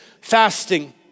fasting